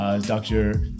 Dr